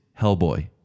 Hellboy